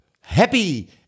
happy